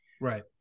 Right